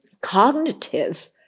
cognitive